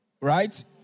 right